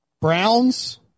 Browns